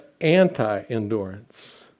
anti-endurance